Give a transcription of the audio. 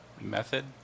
method